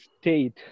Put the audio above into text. state